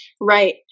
Right